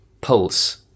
pulse